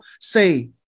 say